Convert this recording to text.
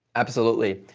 absolutely.